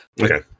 Okay